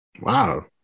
Wow